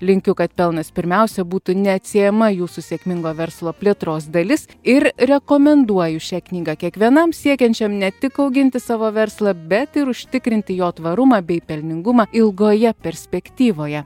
linkiu kad pelnas pirmiausia būtų neatsiejama jūsų sėkmingo verslo plėtros dalis ir rekomenduoju šią knygą kiekvienam siekiančiam ne tik auginti savo verslą bet ir užtikrinti jo tvarumą bei pelningumą ilgoje perspektyvoje